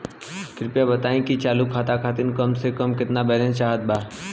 कृपया बताई कि चालू खाता खातिर कम से कम केतना बैलैंस चाहत बा